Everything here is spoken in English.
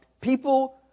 People